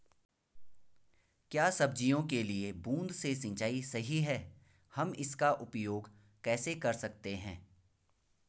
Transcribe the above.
क्या सब्जियों के लिए बूँद से सिंचाई सही है हम इसका उपयोग कैसे कर सकते हैं?